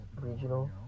regional